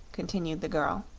continued the girl.